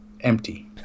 empty